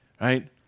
right